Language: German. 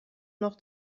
noch